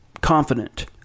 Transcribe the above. confident